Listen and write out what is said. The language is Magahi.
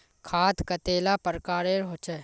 खाद कतेला प्रकारेर होचे?